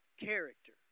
Character